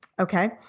Okay